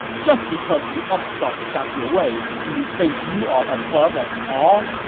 just because you upstarts got your way, do you think you are above us all?